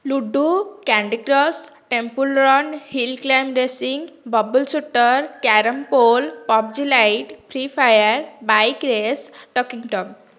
ludo candy crush temple run hill climb racing bubble shooter carrom pool PUBG lite free fire bike race talking Tom